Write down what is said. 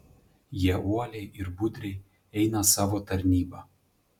jie uoliai ir budriai eina savo tarnybą